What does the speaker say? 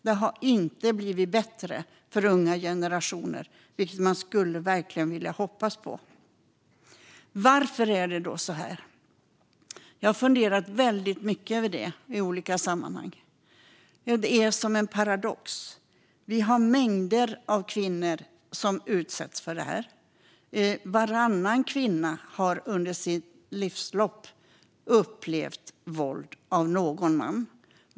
Det har inte blivit bättre för unga generationer, vilket vi hade hoppats. Varför är det så? Jag har funderat mycket i olika sammanhang. Det är en paradox. Det finns mängder av kvinnor som utsätts. Varannan kvinna har under sitt livslopp upplevt våld från någon man.